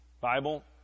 Bible